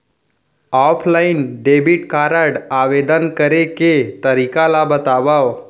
Offline debit card आवेदन करे के तरीका ल बतावव?